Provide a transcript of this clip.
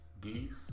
Geese